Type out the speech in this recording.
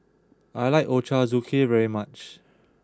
I like Ochazuke very much